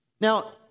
Now